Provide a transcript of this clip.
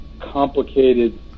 complicated